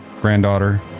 granddaughter